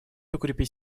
укрепить